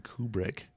Kubrick